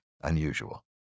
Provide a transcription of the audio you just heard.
unusual